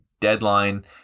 deadline